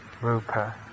rupa